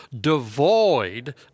devoid